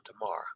tomorrow